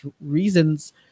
reasons